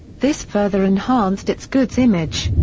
this further enhanced its goods' image.